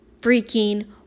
freaking